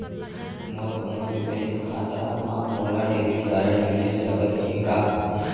मोर कोनो भी बैंक खाता मा मोला डेबिट कारड मिलिस सकत हे का?